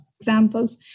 examples